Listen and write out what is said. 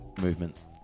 movements